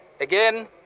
Again